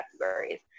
categories